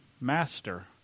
Master